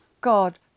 God